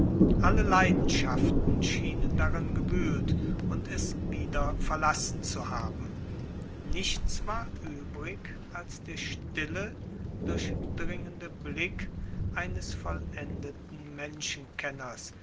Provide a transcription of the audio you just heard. alle leidenschaften schienen darin gewühlt und es wieder verlassen zu haben nichts war übrig als der stille durchdringende blick eines vollendeten menschenkenners